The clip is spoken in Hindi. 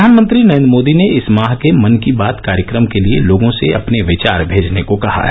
प्रधानमंत्री नरेन्द्र मोदी ने इस माह के मन की बात कार्यक्रम के लिए लोगों से अपने विचार भेजने को कहा है